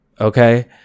Okay